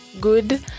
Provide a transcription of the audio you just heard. good